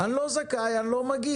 אני לא זכאי, אני לא מגיש.